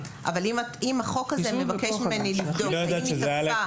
אבל אם החוק הזה מבקש ממני לבדוק מישהו